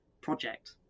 project